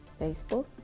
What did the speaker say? Facebook